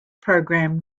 program